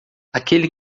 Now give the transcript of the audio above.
aquele